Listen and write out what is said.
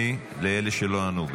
לאלה שלא ענו.